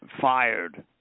fired